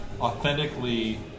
authentically